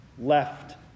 left